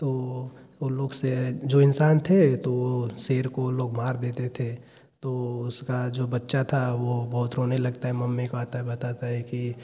ओ लोग से जो इंसान थे तो वह शेर को ओ लोग मार देते थे तो उसका जो बच्चा था वह बहुत रोने लगता है मम्मी को आता है बताता है कि